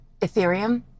Ethereum